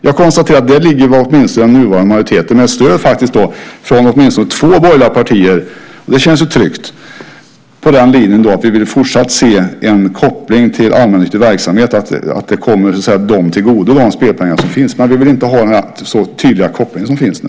Jag konstaterar att den nuvarande majoriteten åtminstone har stöd av två borgerliga partier på den linjen att vi fortsatt vill se en koppling till allmännyttig verksamhet, att de spelpengar som finns kommer den till del. Det känns tryggt. Men vi vill inte ha en sådan tydlig koppling som finns nu.